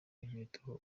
inkweto